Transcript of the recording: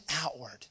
outward